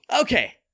Okay